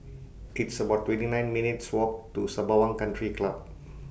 It's about twenty nine minutes' Walk to Sembawang Country Club